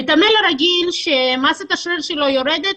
מתעמל רגיל שמסת השריר שלו יורדת,